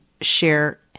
share